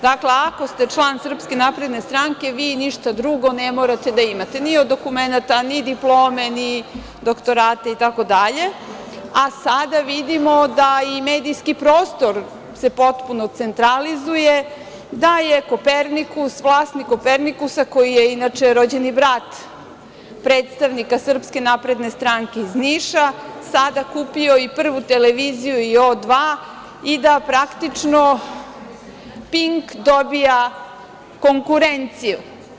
Dakle, ako ste član SNS vi ništa drugo ne morate da imate, ni od dokumenata, ni diplome, ni doktorate itd, a sada vidimo da i medijski prostor se potpuno centralizuje, da je vlasnik Kopernikusa, koji je inače, rođeni brat predstavnika SNS iz Niša, sada kupio i Prvu televiziju i O2, i da praktično Pink dobija konkurenciju.